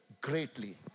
greatly